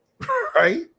Right